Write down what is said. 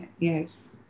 Yes